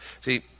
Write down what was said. See